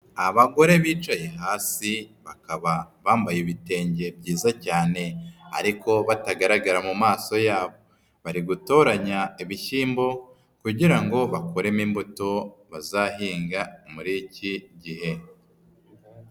Abagore bicaye hasi bakaba bambaye ibitenge byiza cyane ariko batagaragara mu maso yabo. Bari gutoranya ibishyimbo kugira ngo bakuremo imbuto bazahinga muri iki gihe.